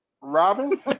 Robin